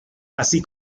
así